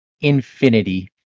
Infinity